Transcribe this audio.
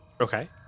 Okay